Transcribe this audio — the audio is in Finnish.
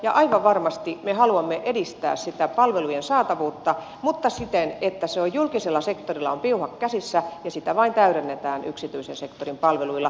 ja aivan varmasti me haluamme edistää sitä palvelujen saatavuutta mutta siten että julkisella sektorilla on piuhat käsissä ja sitä vain täydennetään yksityisen sektorin palveluilla